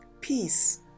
peace